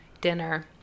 dinner